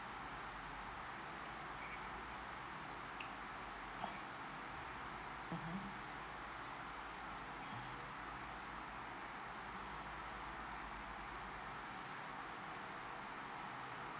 mmhmm